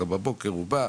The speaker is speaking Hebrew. קם בבוקר הוא בא,